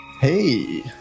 Hey